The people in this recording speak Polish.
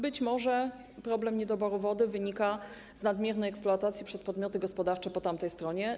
Być może problem niedoboru wody wynika z nadmiernej eksploatacji przez podmioty gospodarcze po tamtej stronie.